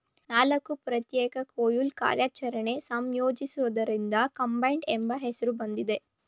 ನಾಲ್ಕು ಪ್ರತ್ಯೇಕ ಕೊಯ್ಲು ಕಾರ್ಯಾಚರಣೆನ ಸಂಯೋಜಿಸೋದ್ರಿಂದ ಕಂಬೈನ್ಡ್ ಎಂಬ ಹೆಸ್ರು ಬಂದಿದೆ